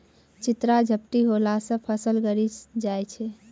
चित्रा झपटी होला से फसल गली जाय छै?